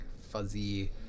fuzzy